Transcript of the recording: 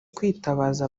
kwitabaza